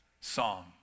song